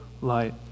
light